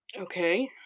Okay